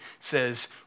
says